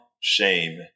shame